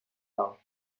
laut